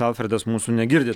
alfredas mūsų negirdi